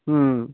ఆ